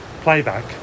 playback